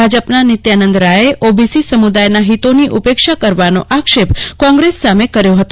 ભાજપના નિત્યાનંદ રાયે ઓબીસી સમુદાયના હિતોની ઉપેક્ષા કરવાનો આક્ષેપ કોંગ્રેસ સામે કર્યો હતો